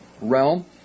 realm